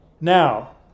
now